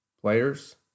players